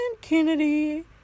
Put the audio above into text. kennedy